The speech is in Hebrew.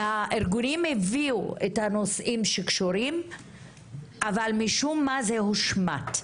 והארגונים הביאו את הנושאים שקשורים אבל משום מה זה הושמט.